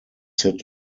sit